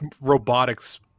robotics